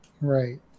right